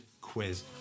quiz